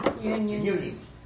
Union